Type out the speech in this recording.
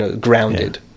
grounded